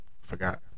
forgot